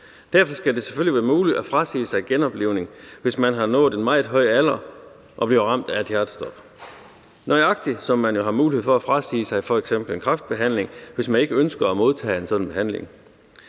derfor skal det selvfølgelig være muligt at frasige sig genoplivning, hvis man har nået en meget høj alder og bliver ramt af et hjertestop, nøjagtig som man jo har mulighed for at frasige sig f.eks. en kræftbehandling, hvis man ikke ønsker at modtage en sådan behandling.